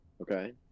Okay